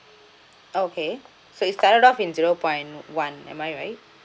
okay so it's started of in zero point one am I right